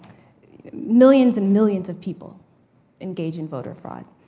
millions, and millions of people engage in voter fraud.